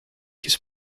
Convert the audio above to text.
his